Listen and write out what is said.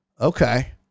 Okay